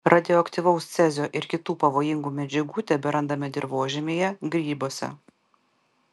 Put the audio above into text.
radioaktyvaus cezio ir kitų pavojingų medžiagų teberandame dirvožemyje grybuose